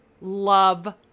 love